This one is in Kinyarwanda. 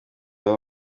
baba